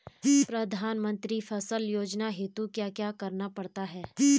प्रधानमंत्री फसल योजना हेतु क्या क्या करना पड़ता है?